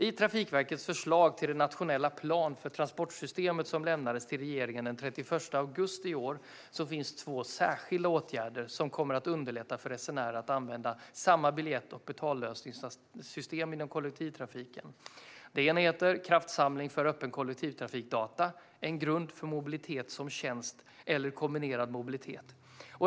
I Trafikverkets förslag till den nationella plan för transportsystemet som lämnades till regeringen den 31 augusti i år finns två särskilda åtgärder som kommer att underlätta för resenärer att använda samma biljett och betallösning inom kollektivtrafiken. Den ena heter Kraftsamling för öppen kollektivtrafikdata - en grund för mobilitet som tjänst eller kombinerad mobilitet.